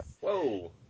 Whoa